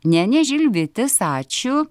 ne ne žilvitis ačiū